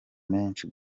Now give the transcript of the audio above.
menshi